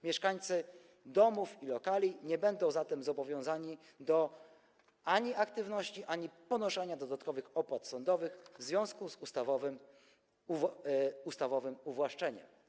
Mieszkańcy domów i lokali nie będą zatem zobowiązani ani do aktywności, ani do ponoszenia dodatkowych opłat sądowych w związku z ustawowym uwłaszczeniem.